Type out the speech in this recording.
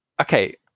okay